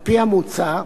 על-פי המוצע,